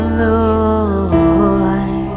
Lord